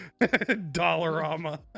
Dollarama